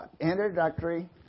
introductory